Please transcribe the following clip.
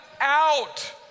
out